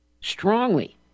strongly